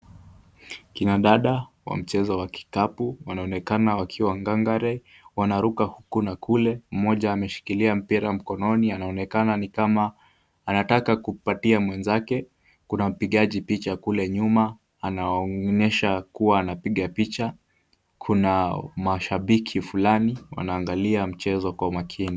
Kina dada wa mchezo wa kikapu wanaonekana wakiwa ngangari, wanaruka huku na kule, mmoja ameshikilia mpira mkononi anaonekana ni kama anataka kupatia mwenzake, kuna mpigaji picha kule nyuma, anaonyesha kuwa anapiga picha, kuna mashabiki fulani wanaangalia mchezo kwa makini.